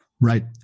Right